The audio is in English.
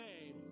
name